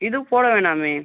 இது போட வேணாமே